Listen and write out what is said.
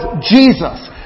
Jesus